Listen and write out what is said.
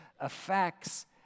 affects